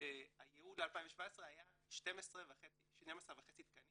הייעוד ל-2017 היה 12.5 תקנים